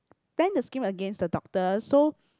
plan the scheme against the doctor so